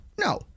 No